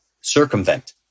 circumvent